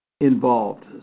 involved